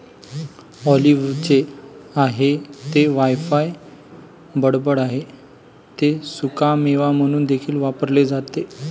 ऑलिव्हचे आहे ते वायफळ बडबड आहे ते सुकामेवा म्हणून देखील वापरले जाते